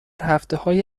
هفتههای